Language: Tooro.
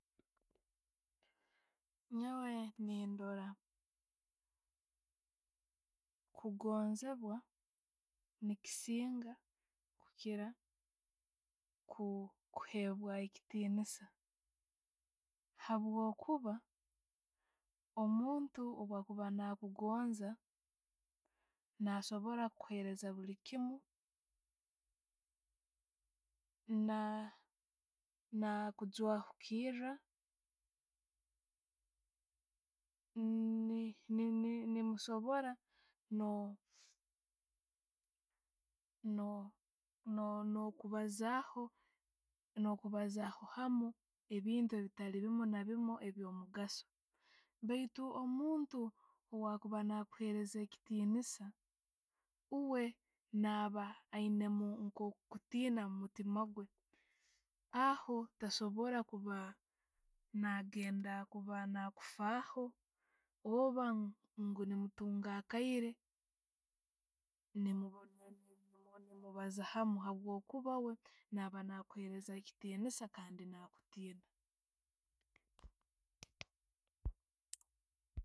Nyoowe ne'ndoora kugonzebwa nekisiinga kukira okuwebwa ekitiniisa habwokuba, omuntu obwakuuba na'kugonza, nasoobora kukuheereza buli kiimu na- nakugwawukiira, ne- ne musobora no- no- no'kubaazaho, no kubazaho hamu ebintu ebitali biimu na biimu ebyo mugaso. Baitu omuntu ha'bwakubaa nakuheereza ekitiiniisa, owe' naba ayinemu nko okuttina omuttima gwe. Aho tosaboora kuba ngenda kuffaaho orba ngu nemutunga akaire nemubaaza hamu habwo kuba we, naaba na'kuheereza ekitiniisa kandi na'kutiina.